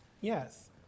Yes